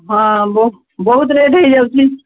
ହଁ ବହୁତ ରେଟ୍ ହୋଇଯାଉଛି